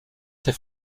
ses